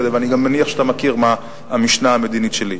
ואני גם מניח שאתה מכיר את המשנה המדינית שלי.